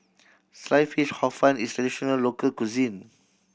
Sliced Fish Hor Fun is traditional local cuisine